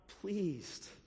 pleased